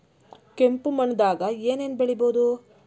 ಕೆಂಪು ಮಣ್ಣದಾಗ ಏನ್ ಏನ್ ಬೆಳಿಬೊದು?